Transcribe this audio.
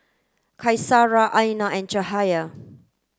Qaisara Aina and Cahaya